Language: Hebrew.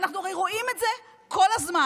אנחנו הרי רואים את זה כל הזמן.